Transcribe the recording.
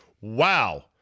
Wow